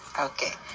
Okay